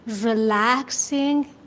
relaxing